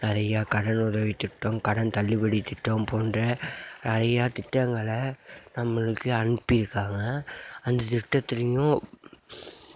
நிறையா கடன் உதவி திட்டம் கடன் தள்ளுபடி திட்டம் போன்ற நிறையா திட்டங்களை நம்மளுக்கு அனுப்பியிருக்காங்க அந்த திட்டத்துலேயும்